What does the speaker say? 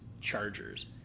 Chargers